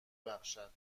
بخشد